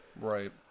Right